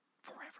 forever